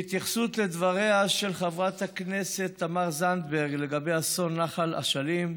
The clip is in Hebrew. בהתייחסות לדבריה של חברת הכנסת תמר זנדברג על אסון נחל אשלים,